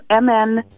MN